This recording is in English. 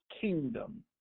kingdom